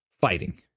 fighting